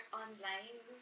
online